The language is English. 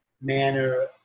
manner